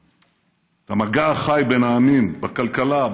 את המגע החי בין העמים: בכלכלה,